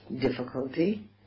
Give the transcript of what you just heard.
difficulty